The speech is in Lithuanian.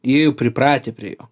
jie jau pripratę prie jo